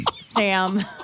Sam